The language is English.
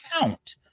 count